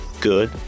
good